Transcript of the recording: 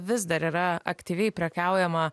vis dar yra aktyviai prekiaujama